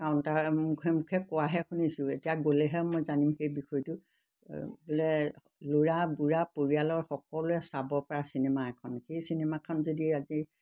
counter মুখে মুখে কোৱাহে শুনিছোঁ এতিয়া গ'লেহে মই জানিম সেই বিষয়টো বোলে ল'ৰা বুঢ়া পৰিয়ালৰ সকলোৱে চাবপৰা চিনেমা এখন সেই চিনেমাখন যদি আজি